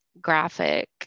graphic